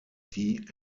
die